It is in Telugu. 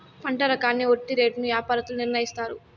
పంట రకాన్ని బట్టి రేటును యాపారత్తులు నిర్ణయిత్తారు